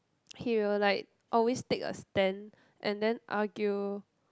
he will like always take a stand and then argue